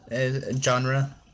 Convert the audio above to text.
genre